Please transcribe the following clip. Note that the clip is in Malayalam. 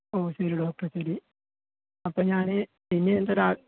ഓ ശരി ഡോക്ടർ ശരി അപ്പോൾ ഞാൻ ഇനി എന്തെങ്കിലും ആ